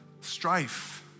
strife